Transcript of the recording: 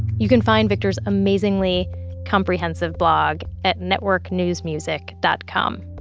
you can find victor's amazingly comprehensive blog at networknewsmusic dot com